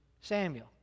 Samuel